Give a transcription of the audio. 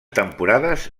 temporades